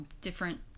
different